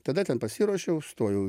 tada ten pasiruošiau stojau